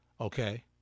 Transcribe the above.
Okay